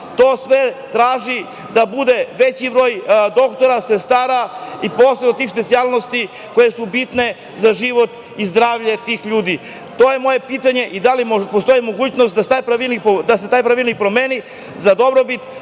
To sve traži da bude veći broj doktora, sestara i posebno tih specijalnosti koje su bitne za život i zdravlje tih ljudi. To je moje pitanje i da li postoji mogućnost da se taj pravilnik promeni za dobrobit